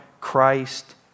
Christ